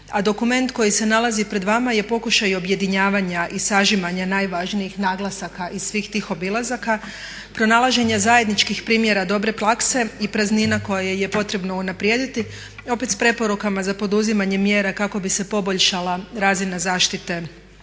dokument koji se nalazi pred vama je pokušaj objedinjavanja i sažimanja najvažnijih naglasaka i svih tih obilazaka, pronalaženje zajedničkih primjera dobre prakse i praznina koju je potrebno unaprijediti opet sa preporukama za poduzimanje mjera kako bi se poboljšala razina zaštite